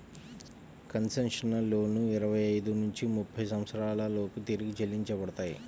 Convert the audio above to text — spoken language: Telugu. కన్సెషనల్ లోన్లు ఇరవై ఐదు నుంచి ముప్పై సంవత్సరాల లోపు తిరిగి చెల్లించబడతాయి